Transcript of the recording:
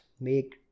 make